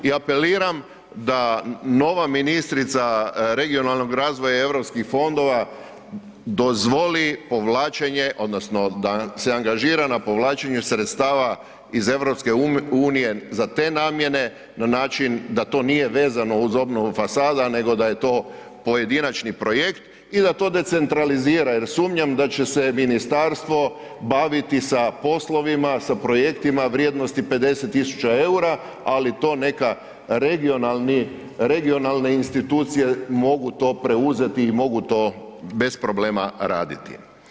I apeliram da nova ministrica regionalnog razvoja i europskih fondova dozvoli povlačenje odnosno da se angažira na povlačenju sredstava iz EU za te namjene na način da to nije vezano uz obnovu fasada nego da je to pojedinačni projekt i da to decentralizira jer sumnjam da će se ministarstvo baviti sa poslovima, sa projektima vrijednosti 50.000 eura, ali to neka regionalne institucije mogu to preuzeti i mogu to bez problema raditi.